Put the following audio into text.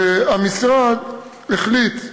והמשרד החליט,